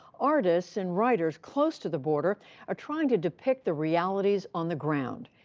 artists and writers close to the border are trying to depict the realities on the ground.